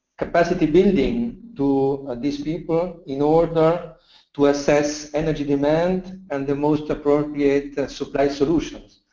capacity building to these people in order to assess energy demand and the most appropriate supply solutions.